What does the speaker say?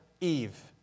Eve